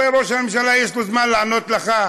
הרי, ראש הממשלה, יש לו זמן לענות לך?